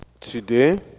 today